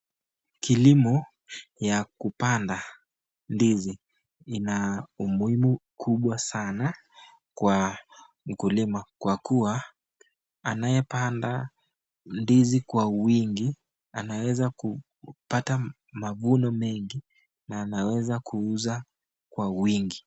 Kilimo ya kupanda ndizi, ina umuhimu mkubwa sana kwa mkulima kwa kuwa anayepanda ndizi kwa wingi anaweza kupata mavuno mengi na anaweza kuuza kwa wingi.